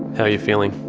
how are you feeling?